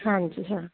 ਹਾਂਜੀ ਹਾਂ